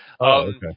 Okay